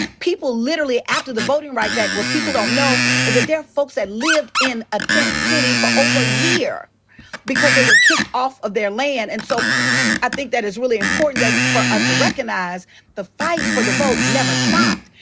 people literally after the voting rights act, what people don't know, is that there are folks that lived in a tent city for over a year because they were kicked off of their land. and so i think that is really important for us to recognize the fight for the vote never stopped.